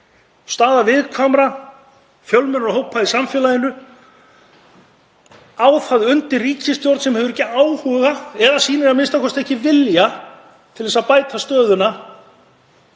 Staða viðkvæmra fjölmennra hópa í samfélaginu á það undir ríkisstjórn, sem hefur ekki áhuga eða sýnir a.m.k. ekki vilja til þess að bæta stöðuna,